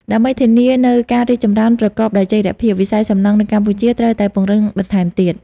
ដើម្បីធានានូវការរីកចម្រើនប្រកបដោយចីរភាព វិស័យសំណង់នៅកម្ពុជាត្រូវតែពង្រឹងបន្ថែមទៀត។